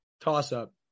toss-up